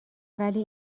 ولی